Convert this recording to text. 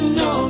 no